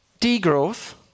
degrowth